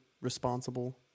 responsible